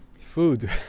food